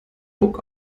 puck